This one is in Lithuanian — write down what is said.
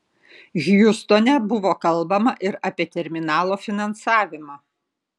hjustone buvo kalbama ir apie terminalo finansavimą